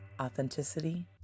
authenticity